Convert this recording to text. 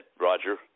Roger